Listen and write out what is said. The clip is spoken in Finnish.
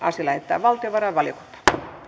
asia lähetetään valtiovarainvaliokuntaan